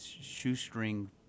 shoestring